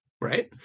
right